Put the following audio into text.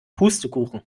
pustekuchen